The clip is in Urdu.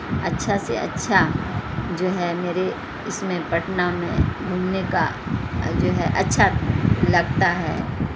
اچھا سے اچھا جو ہے میرے اس میں پٹنہ میں گھومنے کا جو ہے اچھا لگتا ہے